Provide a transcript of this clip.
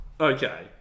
Okay